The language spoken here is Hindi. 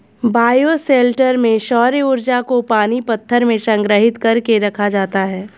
बायोशेल्टर में सौर्य ऊर्जा को पानी पत्थर में संग्रहित कर के रखा जाता है